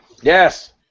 Yes